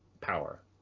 power